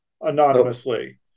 anonymously